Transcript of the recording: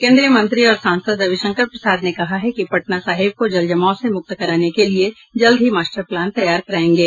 कोन्द्रीय मंत्री और सांसद रविशंकर प्रसाद ने कहा है कि पटना साहिब को जल जमाव से मुक्त कराने के लिए जल्द ही मास्टर प्लान तैयार करायेंगे